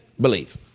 believe